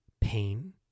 pain